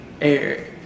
Eric